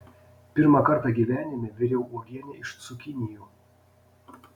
pirmą kartą gyvenime viriau uogienę iš cukinijų